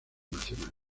nacional